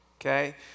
Okay